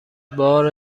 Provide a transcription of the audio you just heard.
بار